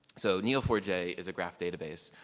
so n e o four j is a graph database,